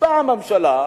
באה הממשלה,